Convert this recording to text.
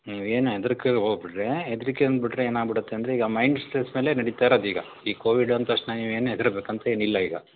ಹ್ಞೂ ಏನೂ ಹೆದ್ರಕ್ಕೆ ಹೋಬೇಡ್ರಿ ಹೆದ್ರಿಕೊಂಡುಬಿಟ್ರೆ ಏನಾಗಿಬಿಡುತ್ತೆ ಅಂದರೆ ಈಗ ಮೈಂಡ್ ಸ್ಟ್ರೆಸ್ ಮೇಲೆ ನಡೀತಾ ಇರೋದು ಈಗ ಈ ಕೋವಿಡ್ ಅಂದ ತಕ್ಷ್ಣ ನೀವೇನೂ ಹೆದ್ರಬೇಕಂತೇನಿಲ್ಲ ಈಗ